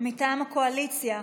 מטעם הקואליציה.